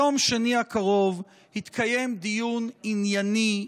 ביום שני הקרוב יתקיים דיון ענייני,